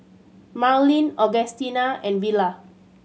Marlyn Augustina and Villa